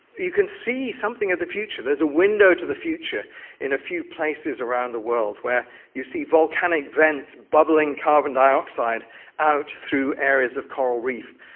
you can see something of the future. there is a window to the future in a few places around the world where you see volcanic vents bubbling carbon dioxide out through areas of coral reef.